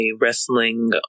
wrestling